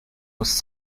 was